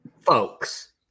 folks